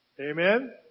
Amen